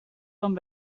van